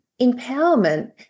empowerment